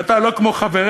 כי אתה לא כמו חבריך,